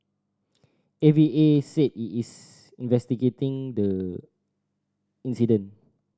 A V A said it is investigating the incident